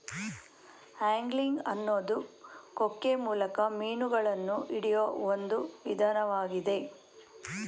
angling ಅನ್ನೋದು ಕೊಕ್ಕೆ ಮೂಲಕ ಮೀನುಗಳನ್ನ ಹಿಡಿಯೋ ಒಂದ್ ವಿಧಾನ್ವಾಗಿದೆ